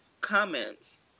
comments